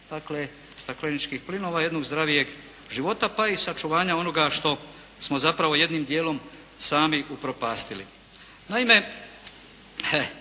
smanjenje stakleničkih plinova, jednog zdravijeg života pa i sačuvanja onoga što smo zapravo jednim dijelom sami upropastili.